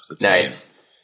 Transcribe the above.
Nice